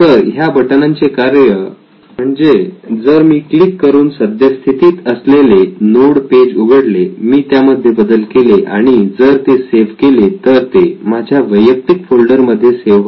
तर ह्या बटनांचे कार्य म्हणजे जर मी क्लिक करून सद्यस्थितीत असलेले नोड पेज उघडले मी त्यामध्ये बदल केले आणि आणि जर ते सेव्ह केले तर ते माझ्या वैयक्तिक फोल्डर मध्ये सेव्ह होते